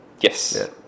yes